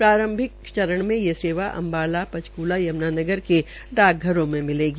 प्रांरभिक चरण में ये सेवा अम्बाला संचकूला यम्नानगर के डाकघरों में मिलेगी